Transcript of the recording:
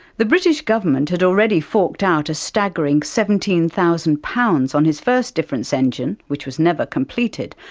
the british government had already forked out a staggering seventeen thousand pounds on his first difference engine, which was never completed.